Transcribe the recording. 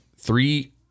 three